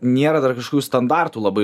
nėra dar kažkokių standartų labai